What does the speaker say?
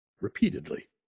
repeatedly